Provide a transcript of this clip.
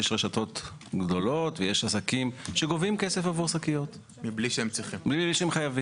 יש רשתות גדולות ויש עסקים שגובים כסף עבור שקיות בלי שהם חייבים.